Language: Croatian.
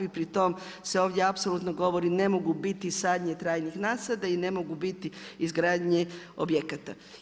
I pri tom se ovdje apsolutno govori ne mogu biti sadnje trajnih nasada i ne mogu biti izgradnja objekata.